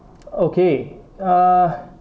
okay ah